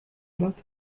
داد